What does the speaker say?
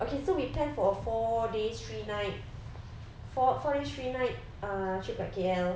okay so we planned for a four days three nights four four days three nights uh trip kat K_L